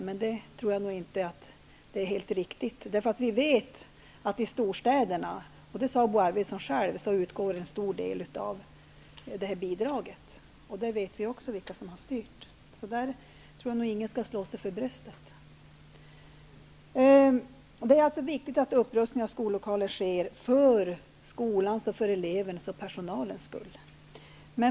Men det tror jag inte är helt riktigt, eftersom vi vet, vilket Bo Arvidson själv sade, att det är till storstäderna som en stor del av detta bidrag utgår, och vi vet vilka som har styrt det. Jag tror därför inte att någon skall slå sig för bröstet i detta sammanhang. Det är alltså viktigt att upprustning av skollokaler sker för skolans, elevernas och personalens skull.